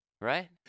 right